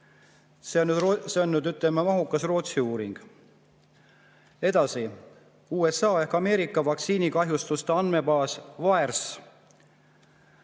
See oli, ütleme, mahukas Rootsi uuring. Edasi, USA ehk Ameerika vaktsiinikahjustuste andmebaas VAERS